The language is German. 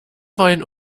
wollen